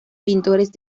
pintores